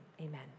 amen